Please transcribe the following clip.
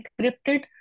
encrypted